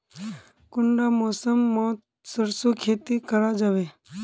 कुंडा मौसम मोत सरसों खेती करा जाबे?